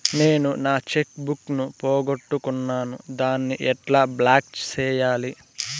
నేను నా cheque book ను పోగొట్టుకున్నాను దాన్ని ఎట్లా బ్లాక్ సేయాలి?